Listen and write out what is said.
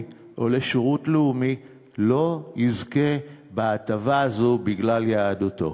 או לשירות אזרחי לא יזכה בהטבה הזאת בגלל יהדותו,